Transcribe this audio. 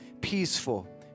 peaceful